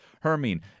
Hermine